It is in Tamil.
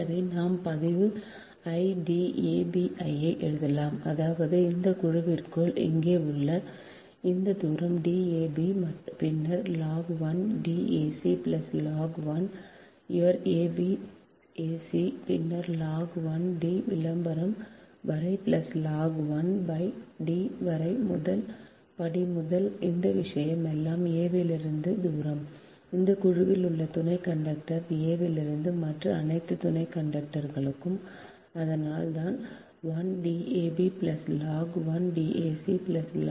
எனவே இது நாம் பதிவு 1 D a b ஐ எழுதலாம் அதாவது இந்த குழுவிற்குள் உள்ள இந்த தூரம் D ab பின்னர் log 1 D ac log 1 your abac பின்னர் log 1 D விளம்பரம் வரை log 1 D வரை முதல் படி முதலில் இந்த விஷயம் எல்லாம் a இலிருந்து தூரம் இந்த குழுவில் உள்ள துணை கண்டக்டர் a இலிருந்து மற்ற அனைத்து துணை கண்டக்டர்களுக்கும் அதனால் தான் 1 D a b log 1 D a c log 1 D a c